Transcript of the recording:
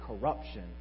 corruption